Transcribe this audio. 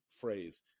phrase